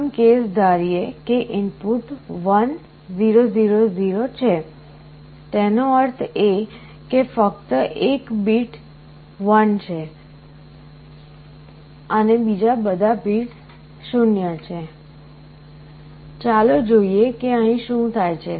પ્રથમ કેસ ધારીએ કે ઇનપુટ 1 0 0 0 છે તેનો અર્થ એ કે ફક્ત એક બીટ 1 છે અને બીજા બધા બિટ્સ 0 છે ચાલો જોઈએ કે અહીં શું થાય છે